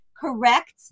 correct